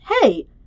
Hey